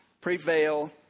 prevail